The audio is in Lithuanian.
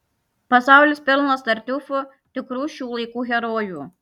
pasaulis pilnas tartiufų tikrų šių laikų herojų